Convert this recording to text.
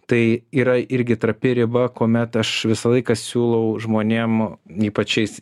tai yra irgi trapi riba kuomet aš visą laiką siūlau žmonėm ypač šiais